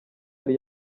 yari